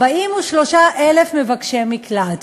43,000 מבקשי מקלט.